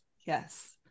yes